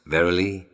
Verily